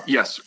Yes